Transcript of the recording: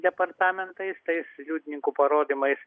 departamentais tais liudininkų parodymais